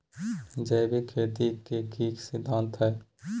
जैविक खेती के की सिद्धांत हैय?